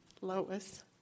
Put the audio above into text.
Lois